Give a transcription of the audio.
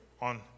on